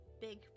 big